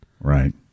right